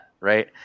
right